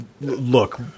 look